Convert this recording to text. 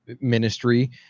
ministry